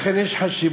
לכן יש חשיבות,